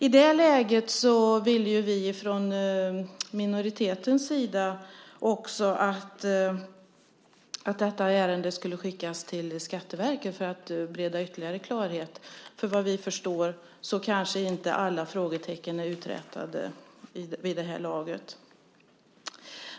I det läget ville vi från minoritetens sida att detta ärende skulle skickas till Skatteverket för att bereda ytterligare klarhet, för vad vi förstår är inte alla frågetecken uträtade vid det här laget.